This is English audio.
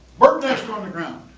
bird nest on the ground.